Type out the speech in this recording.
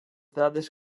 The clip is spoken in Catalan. dades